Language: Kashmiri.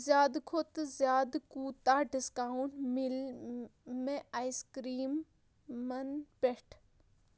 زِیٛادٕ کھۄتہٕ زِیٛادٕ کوٗتاہ ڈسکاونٹ مِلہِ مےٚ آیِس کرٛیٖمَن پٮ۪ٹھ